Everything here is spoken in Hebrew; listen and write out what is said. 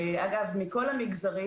אגב, מכל המגזרים.